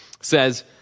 says